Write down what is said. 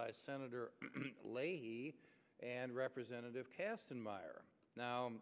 by senator leahy and representative kasten meyer now